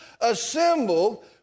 assembled